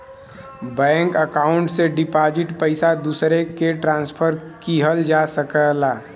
bank account से deposit पइसा दूसरे के ट्रांसफर किहल जा सकला